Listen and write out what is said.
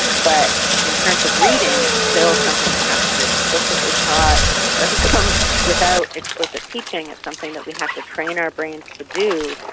but in terms of reading it's and still something that has to be explicitly taught. it doesn't come without explicit teaching, it's something that we have to train our brains to do,